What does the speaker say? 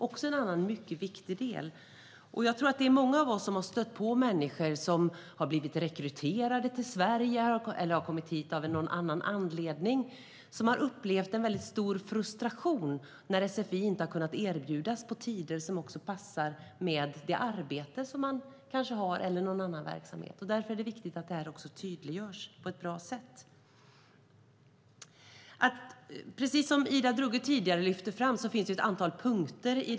Det är en viktig del i arbetet. Många av oss har stött på människor som har blivit rekryterade till Sverige eller har kommit hit av annan anledning som har upplevt en stor frustration när sfi inte har kunnat erbjudas på tider som också passar med arbetet eller annan verksamhet. Det är viktigt att det görs tydligt. Precis som Ida Drougge tidigare lyfte fram finns ett antal punkter.